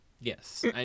Yes